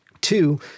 Two